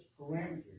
parameters